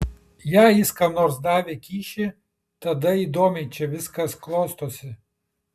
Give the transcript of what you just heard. jei jis kam nors davė kyšį tada įdomiai čia viskas klostosi